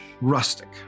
rustic